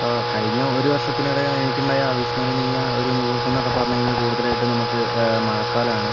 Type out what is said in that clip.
ഇപ്പോൾ കഴിഞ്ഞ ഒരു വർഷത്തിനിടെ എനിക്കുണ്ടായ അവിസ്മരണീയ ഒരു മുഹൂർത്തം എന്നൊക്കെ പറഞ്ഞു കഴിഞ്ഞാൽ കൂടുതലായിട്ടും നമുക്ക് മഴക്കാലമാണ്